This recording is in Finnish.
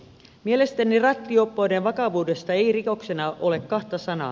mielestäni rattijuoppouden vakavuudesta ei rikoksena ole kahta sanaa